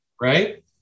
right